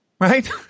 right